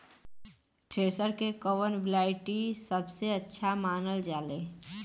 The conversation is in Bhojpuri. थ्रेसर के कवन क्वालिटी सबसे अच्छा मानल जाले?